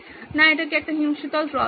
এটা কি একটা হিমশীতল হ্রদ